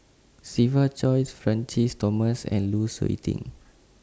Siva Choy Francis Thomas and Lu Suitin